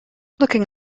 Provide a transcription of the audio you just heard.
looking